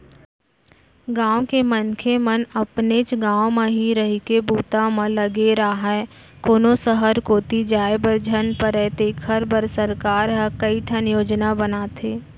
गाँव के मनखे मन अपनेच गाँव म ही रहिके बूता म लगे राहय, कोनो सहर कोती जाय बर झन परय तेखर बर सरकार ह कइठन योजना बनाथे